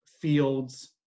Fields